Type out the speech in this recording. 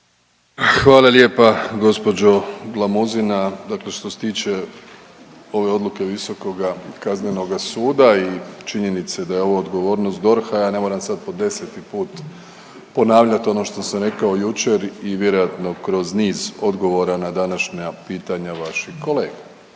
Hvala lijepa gđo Glamuzina. Dakle što se tiče ove odluke Visokoga kaznenoga suda i činjenice da je ovo odgovornost DORH-a, a ja ne moram sad po deseti put ponavljati ono što sam rekao jučer i vjerojatno kroz niz odgovora na današnja pitanja vaših kolega.